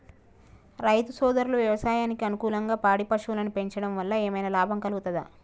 రైతు సోదరులు వ్యవసాయానికి అనుకూలంగా పాడి పశువులను పెంచడం వల్ల ఏమన్నా లాభం కలుగుతదా?